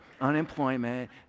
unemployment